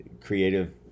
creative